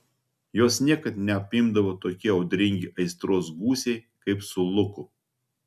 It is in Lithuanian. jos niekad neapimdavo tokie audringi aistros gūsiai kaip su luku